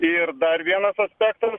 ir dar vienas aspektas